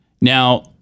Now